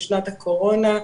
בשנת הקורונה.